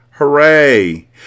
Hooray